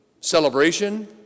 celebration